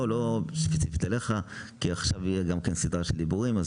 לא ספציפית אלייך, כי עכשיו יהיו סדרת דיבורים.